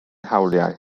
hawliau